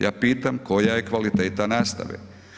Ja pitam koja je kvaliteta nastave.